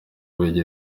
bubiligi